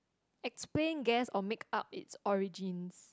explain guess or make-up its origins